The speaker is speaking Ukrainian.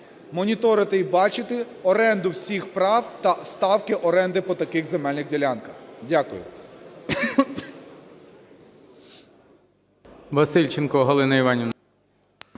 моніторити і бачити оренду всіх прав та ставки оренди по таких земельних ділянках. Дякую.